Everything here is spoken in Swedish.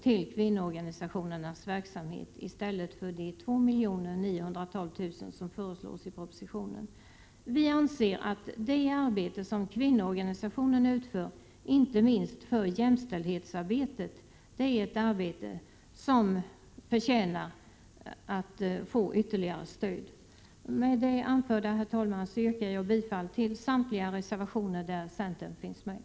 till kvinnoorganisationernas verksamhet i stället för de 2 912 000 kr. som föreslås i propositionen. Vi anser att det arbete som kvinnoorganisationerna utför, inte minst för jämställdhetsarbetet, är ett arbete som förtjänar att få ytterligare stöd. Herr talman! Med detta anförda yrkar jag bifall till samtliga reservationer där centern finns med.